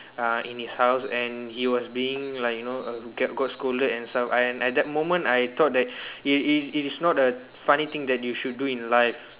uh in his house and he was being like you know uh get got scolded and stuff and at that moment I thought that it it it is not a funny thing that you should do in life